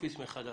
להדפיס אותן שוב.